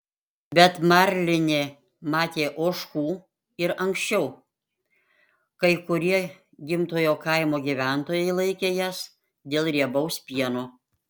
bet marlinė matė ožkų ir anksčiau kai kurie gimtojo kaimo gyventojai laikė jas dėl riebaus pieno